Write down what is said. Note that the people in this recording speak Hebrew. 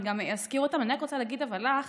אני גם אזכיר אותם, אבל אני רוצה להגיד לך,